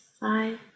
five